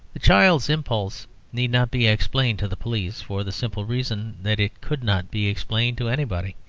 the child's impulse need not be explained to the police, for the simple reason that it could not be explained to anybody.